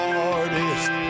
artist